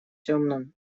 темном